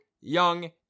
young